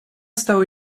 stały